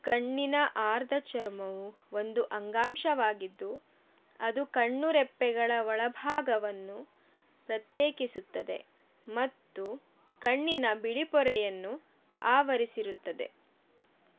ಕಣ್ಣಿನ ಆರ್ದ್ರ ಚರ್ಮವು ಒಂದು ಅಂಗಾಂಶವಾಗಿದ್ದು ಅದು ಕಣ್ಣುರೆಪ್ಪೆಗಳ ಒಳಭಾಗವನ್ನು ಪ್ರತ್ಯೇಕಿಸುತ್ತದೆ ಮತ್ತು ಕಣ್ಣಿನ ಬಿಳಿಪೊರೆಯನ್ನು ಆವರಿಸಿರುತ್ತದೆ